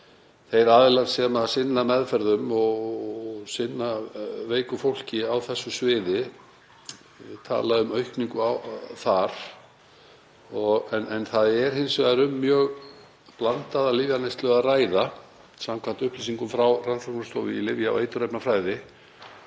þeir aðilar sem sinna meðferðum og sinna veiku fólki á þessu sviði tala um aukningu þar. En það er hins vegar um mjög blandaða lyfjaneyslu að ræða samkvæmt upplýsingum frá Rannsóknastofu í lyfja- og eiturefnafræði.